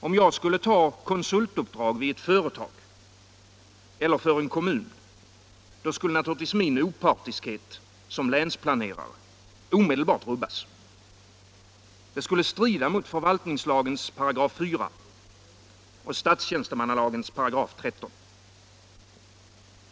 Om jag skulle ta konsultuppdrag vid ett företag eller för en kommun, skulle naturligtvis min opartiskhet som länsplanerare omedelbart rubbas. Det skulle strida mot förvaltningslagens 4 § och statstjänstemannalagens 13 §.